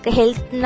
health